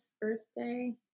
birthday